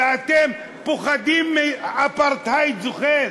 ואתם פוחדים מאפרטהייד זוחל,